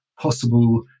possible